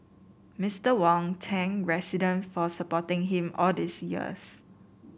Mister Wong thank resident for supporting him all these years